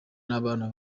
n’abana